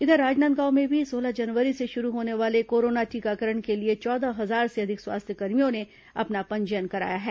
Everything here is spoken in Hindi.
इधर राजनांदगांव में भी सोलह जनवरी से शुरू होने वाले कोरोना टीकाकरण के लिए चौदह हजार से अधिक स्वास्थ्यकर्मियों ने अपना पंजीयन कराया है